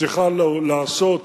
צריכה לעשות,